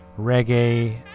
reggae